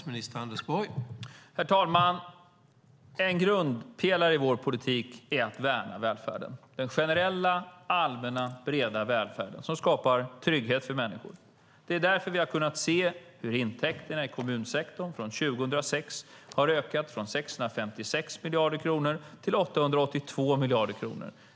Herr talman! En grundpelare i vår politik är att värna välfärden, den generella, allmänna och breda välfärden som skapar trygghet för människor. Det är därför som vi har kunnat se hur intäkterna i kommunsektorn från 2006 har ökat från 656 miljarder kronor till 882 miljarder kronor.